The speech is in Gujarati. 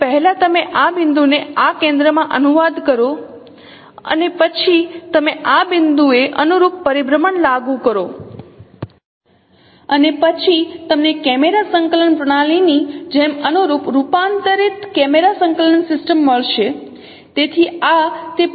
તેથી પહેલા તમે આ બિંદુને આ કેન્દ્ર માં અનુવાદ કરો અને પછી તમે આ બિંદુએ અનુરૂપ પરિભ્રમણ લાગુ કરો અને પછી તમને કેમેરા સંકલન પ્રણાલીની જેમ અનુરૂપ રૂપાંતરિત કેમેરા સંકલન સિસ્ટમ મળશે